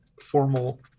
formal